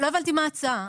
לא הבנתי מה ההצעה.